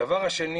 הדבר השני